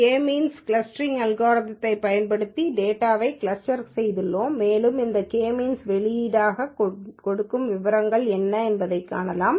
K means அல்காரிதம்யைப் பயன்படுத்தி டேட்டாவைக் கிளஸ்டர் செய்துள்ளோம் மேலும் இந்த கே மீன்ஸ் வெளியீட்டாகக் கொடுக்கும் விவரங்கள் என்ன என்பதைக் காணலாம்